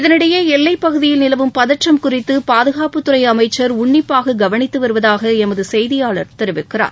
இதனிடையே எல்லைப் பகுதியில் நிலவும் பதற்றம் குறித்து பாதுகாப்புத்துறை அமைச்சர் உன்னிப்பாக கவனித்து வருவதாக எமது செய்தியாளர் தெரிவிக்கிறார்